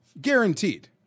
Guaranteed